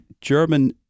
German